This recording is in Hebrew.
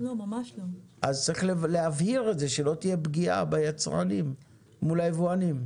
אז צריך להבהיר את זה שלא תהיה פגיעה ביצרנים מול היבואנים.